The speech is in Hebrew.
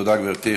תודה, גברתי.